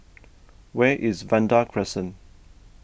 where is Vanda Crescent